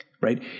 right